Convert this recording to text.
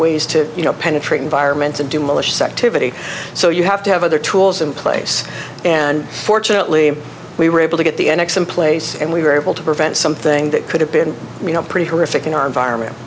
know penetrate environments and do malicious activity so you have to have other tools in place and fortunately we were able to get the x in place and we were able to prevent something that could have been you know pretty horrific in our environment